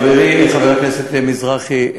חברי חבר הכנסת מזרחי,